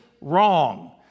wrong